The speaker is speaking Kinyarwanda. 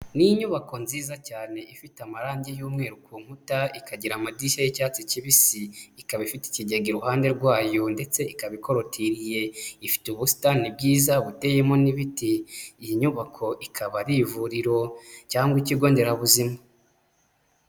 Ni inyubako nziza cyane ifite amarange y'umweru ku nkuta ikagira amadishya y'icyatsi kibisi, ikaba ifite ikigega iruhande rwayo ndetse ikaba ikorotiriye, ifite ubusitani bwiza buteyemo n'ibiti, iyi nyubako ikaba ari ivuriro cyangwa ikigo nderabuzima.